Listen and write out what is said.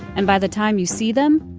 and by the time you see them,